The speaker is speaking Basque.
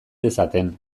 dezaten